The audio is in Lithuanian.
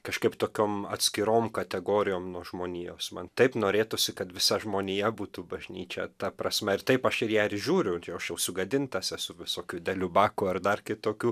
kažkaip tokiom atskirom kategorijom nuo žmonijos man taip norėtųsi kad visa žmonija būtų bažnyčia ta prasme ir taip aš ir ją ir žiūriu ir jau aš jau sugadintas esu visokių dalių bakų ir dar kitokių